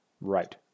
right